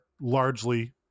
largely